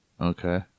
Okay